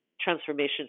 transformation